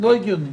לא הגיוני.